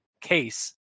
case